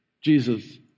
Jesus